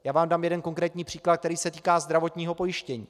Já vám dám jeden konkrétní příklad, který se týká zdravotního pojištění.